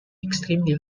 extremely